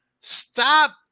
stop